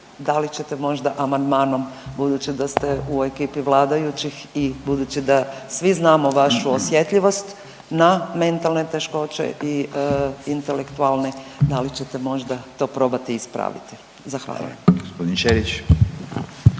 da li ćete možda amandmanom, budući da ste u ekipi vladajućih i budući da svi znamo vašu osjetljivost na mentalne teškoće i intelektualne, da li ćete možda to probati ispraviti? Zahvaljujem.